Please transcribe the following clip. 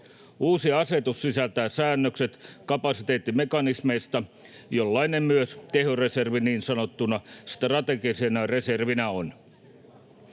Uusi asetus sisältää säännökset kapasiteettimekanismeista, jollainen myös tehoreservi niin sanottuna strategisena reservinä on.